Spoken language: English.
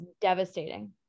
devastating